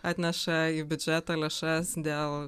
atneša į biudžetą lėšas dėl